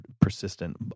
persistent